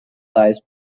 size